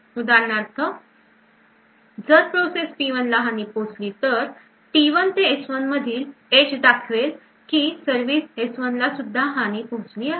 उदाहरणार्थ जर process P1 ला हानी पोहोचली तर T1 ते S1मधील H दाखवेल की सर्विस S1 ला सुद्धा हानी पोहोचली आहे